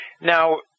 Now